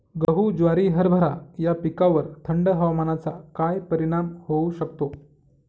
गहू, ज्वारी, हरभरा या पिकांवर थंड हवामानाचा काय परिणाम होऊ शकतो?